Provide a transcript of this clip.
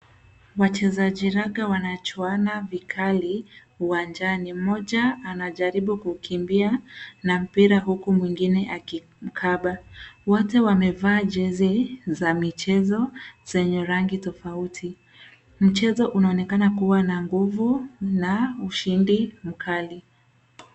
Wachezaji raga wanachuana vikali uwanjani mmoja anajaribu kukimbia na mpira huku mwingine akimkaba. Wote wamevaa jezi za michezo yenye rangi tofauti. Mchezo unaonekana kuwa na nguvu na ushindi mkali.